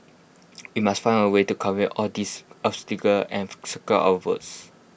we must find A way to circumvent all these obstacles and secure our votes